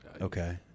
Okay